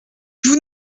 vous